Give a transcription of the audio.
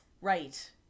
Right